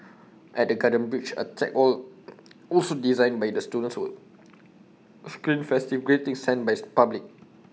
at the garden bridge A tech wall also designed by the students will screen festive greetings sent by the public